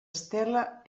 estela